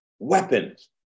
weapons